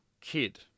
kid